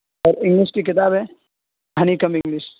اور انگلش کی کتاب ہے ہانیکم انگلش